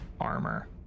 armor